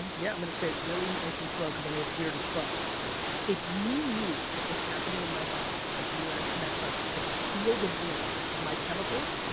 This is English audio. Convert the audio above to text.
and yeah, i'm gonna say it really nice and slow because i know it's weird as fuck. yeah if you knew what was happening in my body as you were asking that question. i could feel the warmth of my chemicals. yeah